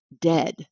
dead